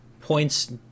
points